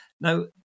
Now